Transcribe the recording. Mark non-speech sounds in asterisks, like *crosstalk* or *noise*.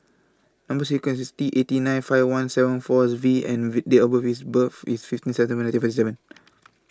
Number sequence IS T eighty nine five one seven four as V and *noise* Date of birth IS birth IS fifteen September nineteen forty seven *noise*